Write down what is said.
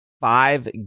five